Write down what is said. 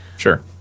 sure